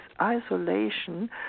isolation